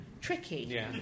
tricky